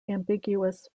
ambiguous